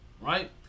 right